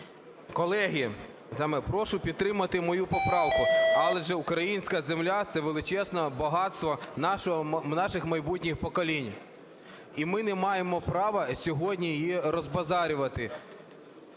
Колеги, прошу підтримати мою поправку, адже українська земля – це величезне багатство наших майбутніх поколінь, і ми не маємо права сьогодні її розбазарювати.